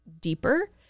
deeper